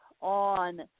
on